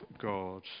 God